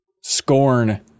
Scorn